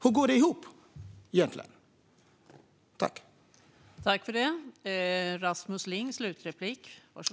Hur går det ihop egentligen?